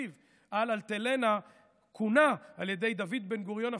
אביב על אלטלנה כונה על ידי דוד בן-גוריון,